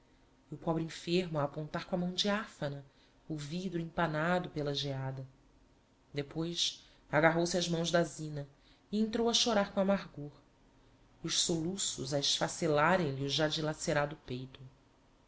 o pobre enfermo a apontar com a mão diáfana o vidro empanado pela giada depois agarrou-se ás mãos da zina e entrou a chorar com amargor e os soluços a esfacelarem lhe o já dilacerado peito